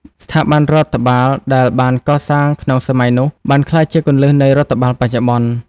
ស្ថាប័នរដ្ឋបាលដែលបានកសាងក្នុងសម័យនោះ បានក្លាយជាគ្រឹះនៃរដ្ឋបាលបច្ចុប្បន្ន។